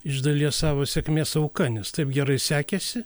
iš dalies savo sėkmės auka nes taip gerai sekėsi